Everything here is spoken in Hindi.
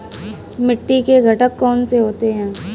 मिट्टी के घटक कौन से होते हैं?